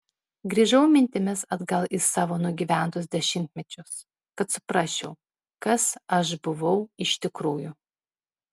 grįžau mintimis atgal į savo nugyventus dešimtmečius kad suprasčiau kas aš buvau iš tikrųjų